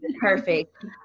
perfect